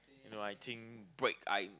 you know I think break I